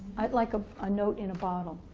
i'd like ah a note in a bottle